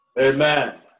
Amen